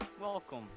Welcome